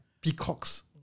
peacocks